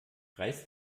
reiß